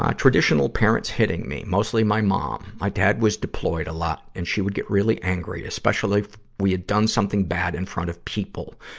um traditional parents hitting me, mostly my mom. my dad was deployed a lot, and she would get really angry, especially if we had done something bad in front of people.